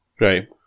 Right